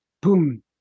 boom